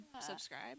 Subscribe